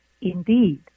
Indeed